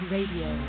Radio